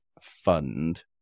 fund